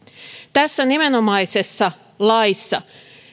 tässä nimenomaisessa laissa